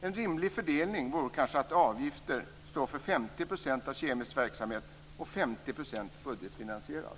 En rimlig fördelning vore kanske att avgifter står för 50 % av Kemikalieinspektionens verksamhet och att 50 % budgetfinansieras.